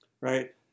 right